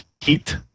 heat